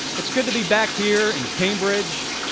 it's good to be back here in cambridge,